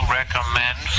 recommend